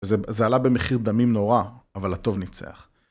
זה עלה במחיר דמים נורא, אבל הטוב ניצח.